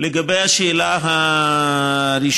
לגבי השאלה הראשונה,